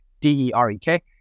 D-E-R-E-K